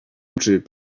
oczy